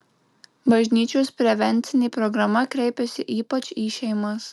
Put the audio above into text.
bažnyčios prevencinė programa kreipiasi ypač į šeimas